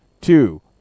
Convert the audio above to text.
two